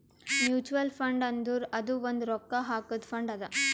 mutual fund ಅಂದುರ್ ಅದು ಒಂದ್ ರೊಕ್ಕಾ ಹಾಕಾದು ಫಂಡ್ ಅದಾ